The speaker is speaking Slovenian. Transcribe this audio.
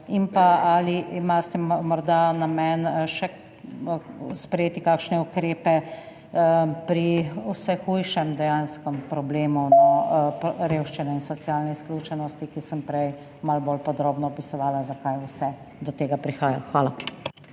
tudi: Ali imate morda namen še sprejeti kakšne ukrepe pri vse hujšem dejanskem problemu revščine in socialne izključenosti, kar sem prej malo bolj podrobno opisovala, zakaj do tega prihaja? Hvala.